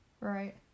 Right